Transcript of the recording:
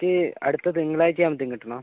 എനിക്ക് അടുത്ത തിങ്കളാഴ്ച്ച ആകുമ്പോഴേക്കും കിട്ടണം